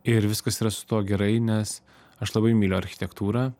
ir viskas yra su tuo gerai nes aš labai myliu architektūrą